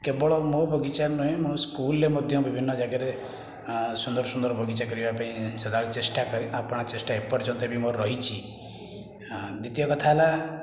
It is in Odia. କେବଳ ମୋ ବଗିଚାରେ ନୁହେଁ ମୋ ସ୍କୁଲରେ ମଧ୍ୟ ବିଭିନ୍ନ ଜାଗାରେ ସୁନ୍ଦର ସୁନ୍ଦର ବଗିଚା କରିବା ପାଇଁ ସଦାବେଳେ ଚେଷ୍ଟା କରେ ଅପ୍ରାଣ ଚେଷ୍ଟା ଏପର୍ଯ୍ୟନ୍ତ ବି ମୋର ବି ରହିଛି ଦ୍ଵିତୀୟ କଥା ହେଲା